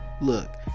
Look